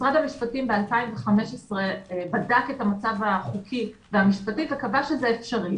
משרד המשפטים ב-2015 בדק את המצב החוקי והמשפטי וקבע שזה אפשרי.